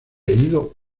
ido